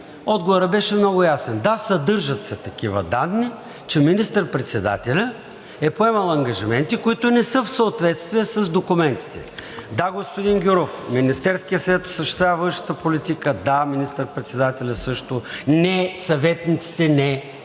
Отговорът беше много ясен – да, съдържат се такива данни, че министър-председателят е поемал ангажименти, които не са в съответствие с документите. Да, господин Гюров, Министерският съвет осъществява външната политика, да министър-председателят също, не – съветниците не,